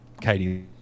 Katie